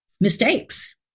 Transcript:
mistakes